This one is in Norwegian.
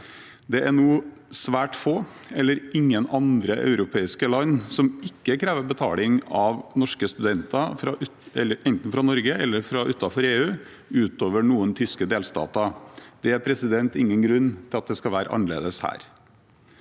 Det er nå svært få eller ingen andre europeiske land som ikke krever betaling av studenter, enten fra Norge eller fra land utenfor EU, unntatt noen tyske delstater. Det er ingen grunn til at det skal være annerledes her.